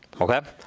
Okay